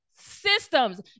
systems